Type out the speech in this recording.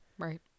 Right